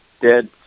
Dead